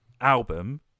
album